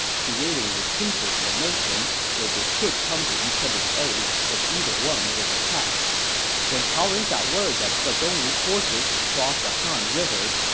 creating a pincer formation where they could come to each other's aid if either one was attacked when cao ren got word that the dongwu forces had crossed the han river,